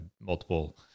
multiple